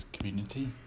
community